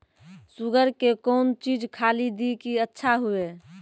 Sugar के कौन चीज खाली दी कि अच्छा हुए?